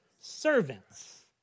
Servants